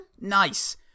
Nice